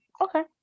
Okay